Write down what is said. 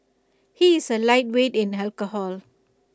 he is A lightweight in alcohol